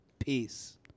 Peace